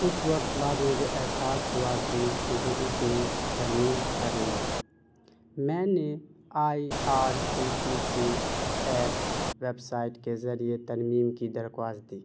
کچھ وقت بعد مجھے احساس ہوا کہ مجھے اس میں ترمیم کرنی ہے میں نے I R C T C app website کے ذریعے ترمیم کی درخواست دی